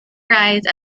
rise